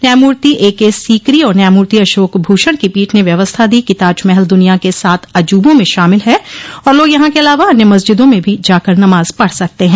न्यायमूर्ति एके सोकरी और न्यायमूर्ति अशोक भूषण की पीठ ने व्यवस्था दी कि ताजमहल दुनिया के सात अजूबों में शामिल है और लोग यहां के अलावा अन्य मस्जिदों में भी जाकर नमाज पढ़ सकते हैं